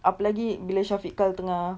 apa lagi bila syafiq kyle tengah